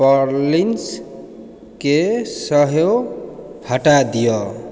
पॉलिशके सेहो हटा दिअ